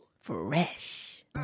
Fresh